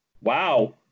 Wow